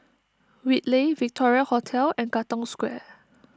Whitley Victoria Hotel and Katong Square